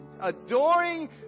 adoring